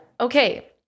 Okay